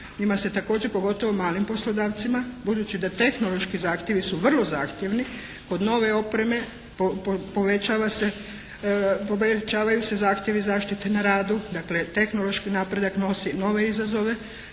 njima se također, pogotovo malim poslodavcima, budući da tehnološki zahtjevi su vrlo zahtjevni kod nove opreme povećavaju se zahtjevi zaštite na radu, dakle tehnološki napredak nosi nove izazove,